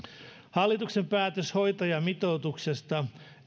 hallituksen päätös hoitajamitoituksesta